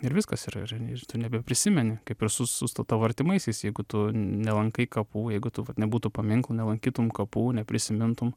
ir viskas ir ir ir tu nebeprisimeni kaip ir su su sta tavo artimaisiais jeigu tu nelankai kapų jeigu tų vat nebūtų paminklų nelankytum kapų neprisimintum